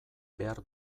behar